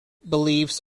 beliefs